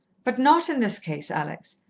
but not in this case, alex.